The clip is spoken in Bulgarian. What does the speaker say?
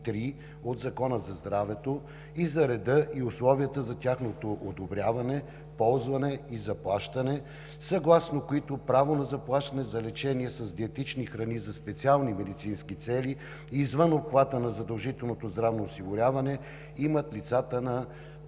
от Закона за здравето и за реда и условията за тяхното одобряване, ползване и заплащане, съгласно които право на заплащане за лечение с диетични храни за специални медицински цели извън обхвата на задължителното здравно осигуряване имат лицата до